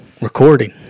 recording